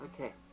okay